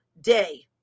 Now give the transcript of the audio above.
day